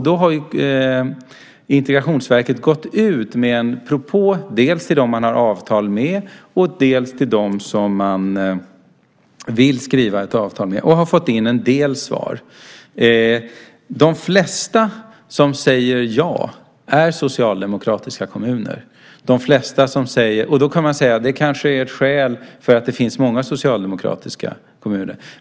Då har Integrationsverket gått ut med en propå, dels till dem som man har avtal med, dels till dem som man vill skriva ett avtal med, och man har fått in en del svar. De flesta som säger ja är socialdemokratiska kommuner. Man kan säga att ett skäl är att det finns många socialdemokratiska kommuner.